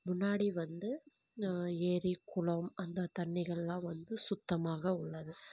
முன்னாடி வந்து நான் ஏரி குளம் அந்த தண்ணிகலாம் வந்து சுத்தமாக உள்ளது